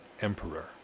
emperor